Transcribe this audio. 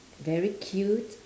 very cute